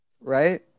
Right